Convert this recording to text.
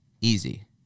easy